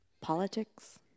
Politics